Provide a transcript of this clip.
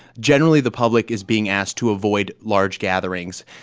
generally, the public is being asked to avoid large gatherings.